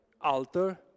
alter